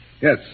Yes